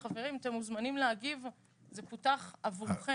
חברים, אתם מוזמנים להגיב, זה פותח עבורכם.